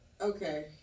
okay